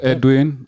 Edwin